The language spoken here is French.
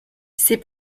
ces